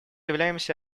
являемся